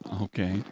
Okay